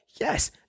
Yes